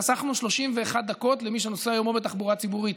חסכנו 31 דקות למי שנוסע היום או בתחבורה ציבורית,